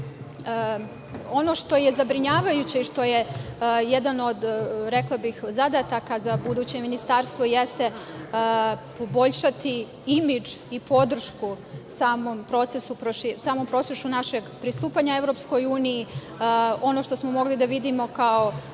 što je zabrinjavajuće i što je jedan od, rekla bih, zadataka za buduće ministarstvo jeste poboljšati imidž i podršku samom procesu našeg pristupanja EU. Ono što smo mogli da vidimo kroz